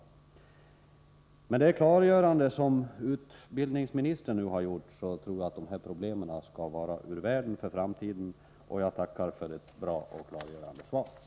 Efter det klargörande svar som utbildningsministern nu har lämnat tror jag att dessa problem skall vara ur världen för framtiden. Jag tackar för ett bra och klargörande svar.